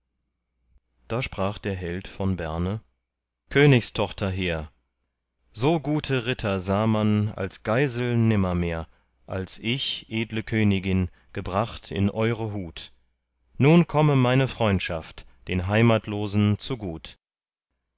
da sprach der held von berne königstochter hehr so gute ritter sah man als geisel nimmermehr als ich edle königin gebracht in eure hut nun komme meine freundschaft den heimatlosen zugut